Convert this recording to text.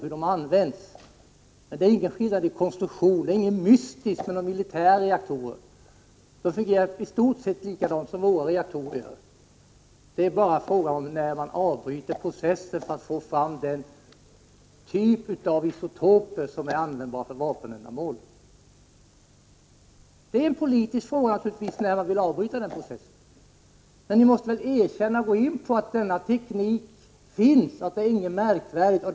Det är sättet att använda reaktorerna som är avgörande. Det finns ingen skillnad i fråga om konstruktionen. Det är inte något mystiskt med de militära reaktorerna. De fungerar i stort sett på samma sätt som våra reaktorer. Att få fram den typ av isotoper som är användbara för vapenändamål är bara en fråga om när man avbryter processen. Att avgöra när man skall avbryta processen är naturligtvis en politisk fråga. Men ni måste kunna erkänna att erforderlig teknik finns och ni måste kunna gå in på detaljerna härvidlag! Det här är inget märkvärdigt.